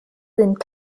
sind